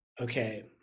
Okay